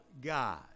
God